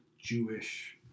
Jewish